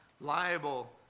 liable